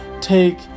take